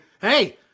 hey